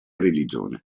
religione